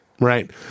Right